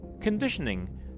Conditioning